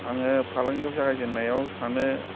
आङो फालांगियाव जागायजेन्नायाव सानो